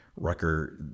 Rucker